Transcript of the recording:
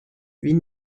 wie